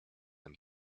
and